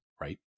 right